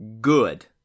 good